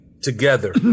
together